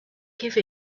give